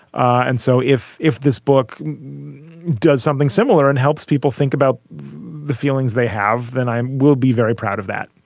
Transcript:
and so if if this book does something similar and helps people think about the feelings they have, then i will be very proud of that.